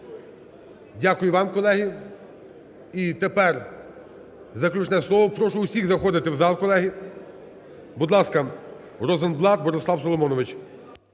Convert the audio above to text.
Дякую вам, колеги. І тепер заключне слово. Прошу усіх заходити в зал, колеги. Будь ласка, Розенблат Борислав Соломонович.